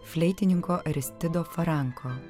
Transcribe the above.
fleitininko aristido faranko